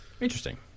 Interesting